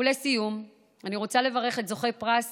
ולסיום אני רוצה לברך את זוכי פרס